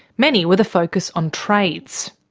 many with a focus on trades.